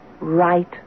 right